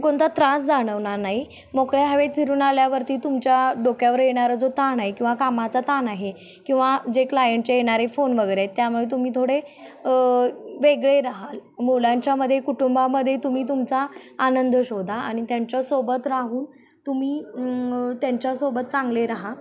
कोणता त्रास जाणवणार नाही मोकळ्या हवेत फिरून आल्यावरती तुमच्या डोक्यावर येणारा जो ताण आहे किंवा कामाचा ताण आहे किंवा जे क्लायंटचे येणारे फोन वगैरे आहेत त्यामुळे तुम्ही थोडे वेगळे रहाल मुलांच्यामध्ये कुटुंबामध्ये तुम्ही तुमचा आनंद शोधा आणि त्यांच्यासोबत राहून तुम्ही त्यांच्यासोबत चांगले रहा